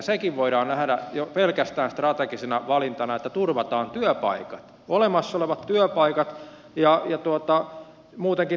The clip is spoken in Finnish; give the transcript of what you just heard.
sekin voidaan nähdä jo pelkästään strategisena valintana että turvataan olemassa olevat työpaikat ja muutenkin tuottava toiminta